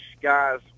guys